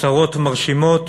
הצהרות מרשימות,